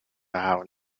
have